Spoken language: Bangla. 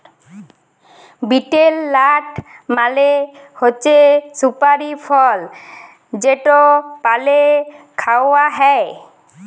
বিটেল লাট মালে হছে সুপারি ফল যেট পালে খাউয়া হ্যয়